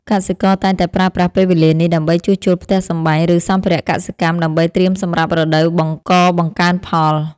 កសិករតែងតែប្រើប្រាស់ពេលវេលានេះដើម្បីជួសជុលផ្ទះសម្បែង ឬសម្ភារៈកសិកម្មដើម្បីត្រៀមសម្រាប់រដូវបង្កបង្កើនផល។